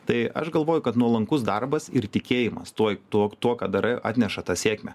tai aš galvoju kad nuolankus darbas ir tikėjimas tuoj tok tuo ką darai atneša tą sėkmę